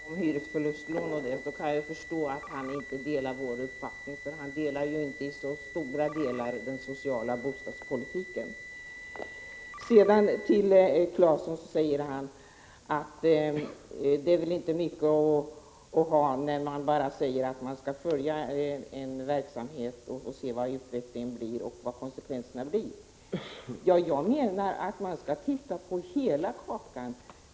Herr talman! När Kjell Mattsson talar om hyresförluster kan jag förstå att han inte delar vår uppfattning. Han delar ju inte i någon hög grad vår syn på den sociala bostadspolitiken. Tore Claeson säger att det inte är mycket att komma med att bara vilja följa utvecklingen av verksamheten och se vilka konsekvenserna blir. Jag menar att man skall titta på hela kakan.